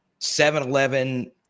7-Eleven